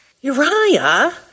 Uriah